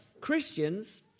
Christians